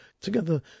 Together